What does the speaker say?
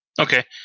Okay